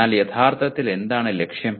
എന്നാൽ യഥാർത്ഥത്തിൽ എന്താണ് ലക്ഷ്യം